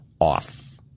off